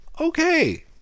okay